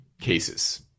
cases